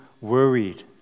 worried